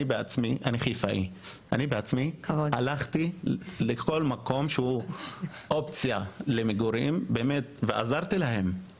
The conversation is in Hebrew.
אני בעצמי הלכתי לכל מקום שהיווה אופציה למגורים ועזרתי להם,